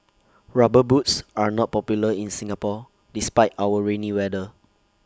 rubber boots are not popular in Singapore despite our rainy weather